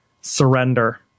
surrender